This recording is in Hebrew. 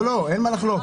אין מה לחלוק.